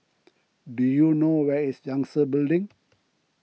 do you know where is Yangtze Building